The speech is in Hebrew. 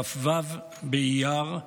כ"ו באייר,